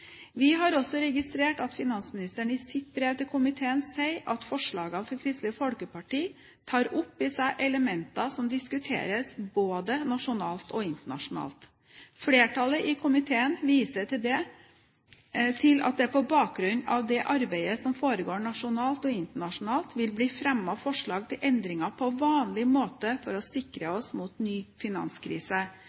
Vi har også registrert at finansministeren i sitt brev til komiteen sier at forslagene fra Kristelig Folkeparti tar opp i seg elementer som diskuteres både nasjonalt og internasjonalt. Flertallet i komiteen viser til at det på bakgrunn av det arbeidet som foregår nasjonalt og internasjonalt, vil bli fremmet forslag til endringer på vanlig måte for å sikre oss mot en ny finanskrise.